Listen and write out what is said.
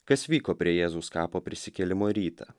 kas vyko prie jėzaus kapo prisikėlimo rytą